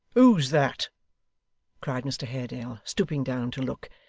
who's that cried mr haredale, stooping down to look.